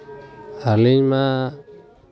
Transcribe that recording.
ᱟᱹᱞᱤᱧ ᱢᱟ